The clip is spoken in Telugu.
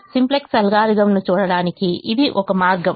సింప్లెక్స్ అల్గోరిథంను చూడటానికి ఇది ఒక మార్గం